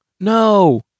No